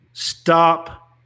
Stop